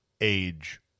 age